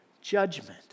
judgment